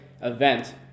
event